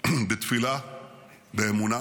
בתפילה, באמונה.